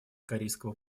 корейского